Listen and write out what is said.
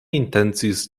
intencis